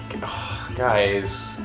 guys